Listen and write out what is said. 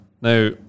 Now